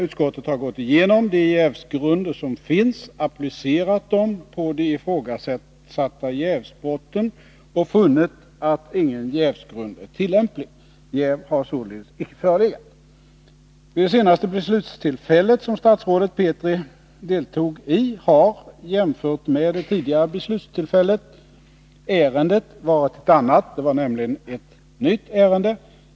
Utskottet har gått igenom de jävsgrunder som finns, applicerat dem på de ifrågasatta jävsbrotten och funnit att ingen jävsgrund är tillämplig. Jäv har således icke förelegat. Vid det senaste beslutstillfälle som statsrådet Petri deltog i har, jämfört med det tidigare beslutstillfället, ärendet varit ett annat. Det var nämligen ett nytt ärende.